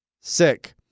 Sick